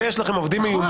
ויש לכם כבר עובדים מיומנים.